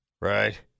right